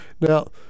Now